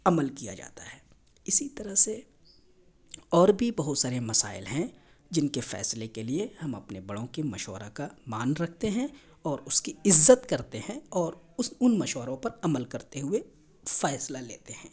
عمل کیا جاتا ہے اسی طرح سے اور بھی بہت سارے مسائل ہیں جن کے فیصلے کے لیے ہم اپنے بڑوں کے مشورہ کا مان رکھتے ہیں اور اس کی عزت کرتے ہیں اور اس ان مشوروں پر عمل کرتے ہوئے فیصلہ لیتے ہیں